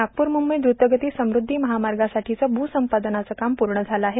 नागपूर मुंबई द्रतगती समृद्धी महामागासाठीचं भूसंपादनाचं काम पूण झालं आहे